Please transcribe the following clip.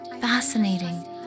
fascinating